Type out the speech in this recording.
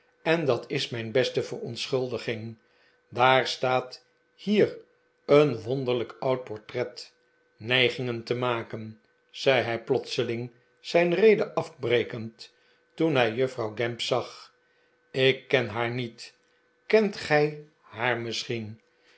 en dat is mijn beste verontschuldiging daar staat hier een wonderlijk oud portret nijgingen te maken zei hij plotseling zijn rede afbrekend toen hij juffrouw gamp zag ik ken haar niet kent gij haar misschien